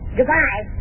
Goodbye